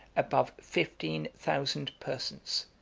above fifteen thousand persons,